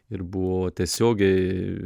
ir buvo tiesiogiai